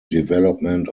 development